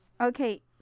Okay